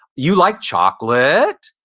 you like chocolate,